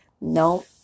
no